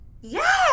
Yes